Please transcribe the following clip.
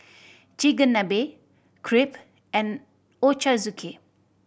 Chigenabe Crepe and Ochazuke